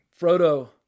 Frodo